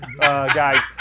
guys